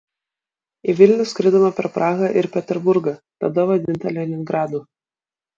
į vilnių skridome per prahą ir peterburgą tada vadintą leningradu